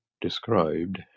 described